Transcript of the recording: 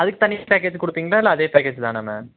அதுக்கு தனி பேக்கேஜு கொடுப்பிங்களா இல்லை அதே பேக்கேஜு தானா மேம்